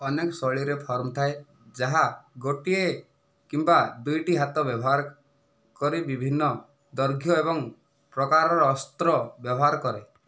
ଅନେକ ଶୈଳୀରେ ଫର୍ମ ଥାଏ ଯାହା ଗୋଟିଏ କିମ୍ବା ଦୁଇଟି ହାତ ବ୍ୟବହାର କରି ବିଭିନ୍ନ ଦୈର୍ଘ୍ୟ ଏବଂ ପ୍ରକାରର ଅସ୍ତ୍ର ବ୍ୟବହାର କରେ